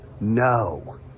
No